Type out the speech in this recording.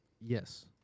Yes